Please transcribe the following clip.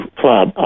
club